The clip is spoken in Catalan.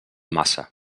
maça